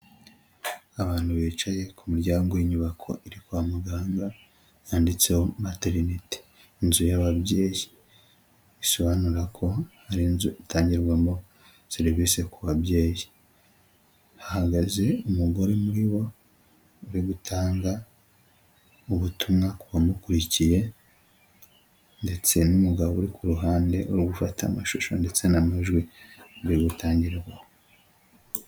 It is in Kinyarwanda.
Abantu bicaye ku muryango w'inyubako iri kwa muganga, yanditseho MATERINITE, inzu y'ababyeyi, bisobanura ko hari inzu itangirwamo serivisi ku babyeyi. Hahagaze umugore muri bo uri gutanga ubutumwa kubamukurikiye, ndetse n'umugabo uri ku ruhande uri gufata amashusho ndetse n'amajwi mbere yo gutangira.